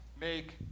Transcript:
make